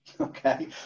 okay